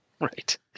Right